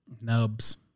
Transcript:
Nubs